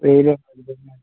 പേര് അഭിനവ് എന്നാണ്